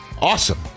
Awesome